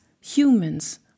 humans